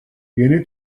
yeni